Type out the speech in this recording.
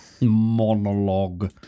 Monologue